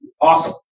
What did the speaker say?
Awesome